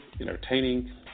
entertaining